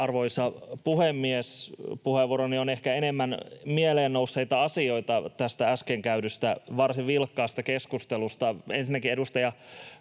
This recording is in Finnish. Arvoisa puhemies! Puheenvuoroni on ehkä enemmän mieleen nousseita asioita tästä äsken käydystä varsin vilkkaasta keskustelusta. Ensinnäkin edustaja